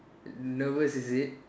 nervous is it